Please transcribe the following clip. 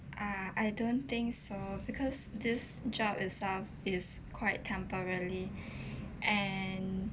ah I don't think so because this job itself is quite temporary and